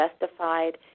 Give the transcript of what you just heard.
justified